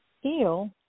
heal